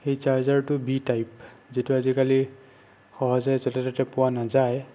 সেই ছাৰ্জাৰটো B type যিটো আজিকালি সহজে য'তে ত'তে পোৱা নাযায়